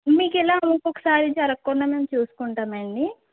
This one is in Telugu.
మీకు ఇలా ఇంకొకసారి జరగకుండా మేము చూసుకుంటామండి